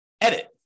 edit